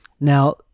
Now